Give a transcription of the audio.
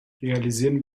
realisieren